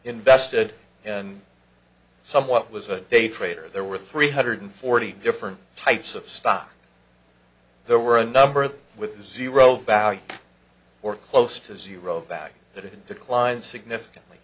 invested in some what was a day trader there were three hundred forty different types of stocks there were a number of with zero value or close to zero back that had declined significantly